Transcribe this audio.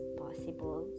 possible